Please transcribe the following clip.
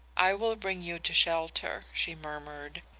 i will bring you to shelter she murmured,